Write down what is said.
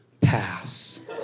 pass